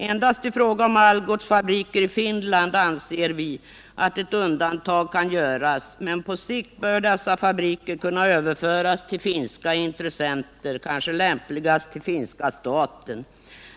Endast i fråga om Algots fabriker i Finland anser vi att ett undantag kan göras, men på sikt bör dessa fabriker kunna överföras till finska intressenter, kanske lämpligast till finska staten.